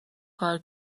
کار